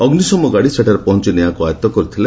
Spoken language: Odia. ଅଗ୍ବିଶମ ଗାଡ଼ି ସେଠାରେ ପହଞି ନିଆଁକୁ ଆୟଉ କରିଥିଲେ